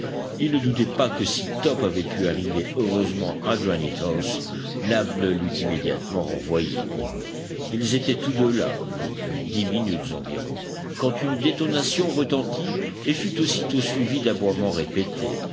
ils ne doutaient pas que si top avait pu arriver heureusement à granite house nab ne l'eût immédiatement renvoyé ils étaient tous deux là depuis dix minutes environ quand une détonation retentit et fut aussitôt suivie d'aboiements répétés